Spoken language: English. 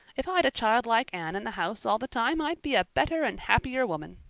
if i'd a child like anne in the house all the time i'd be a better and happier woman.